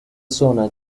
zona